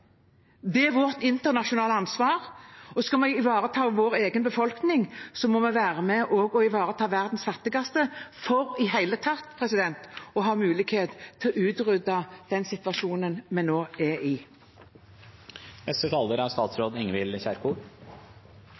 Det er vårt internasjonale ansvar. Skal vi ivareta vår egen befolkning, må vi også være med på å ivareta verdens fattigste for i det hele tatt å ha mulighet til å utrydde dette i den situasjonen vi nå er i. Jeg slutter meg til siste taler: Norge er